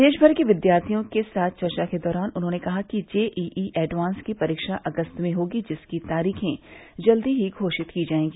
देशभर के विद्यार्थियों के साथ चर्चा के दौरान उन्होंने कहा कि जेई एडवांस की परीक्षा अगस्त में होगी जिसकी तारीखें जल्दी ही घोषित की जाएगी